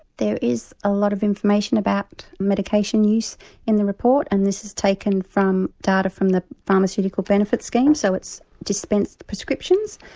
there is a lot of information about medication use in the report and this is taken from data from the pharmaceutical benefit scheme so it's dispensed prescriptions.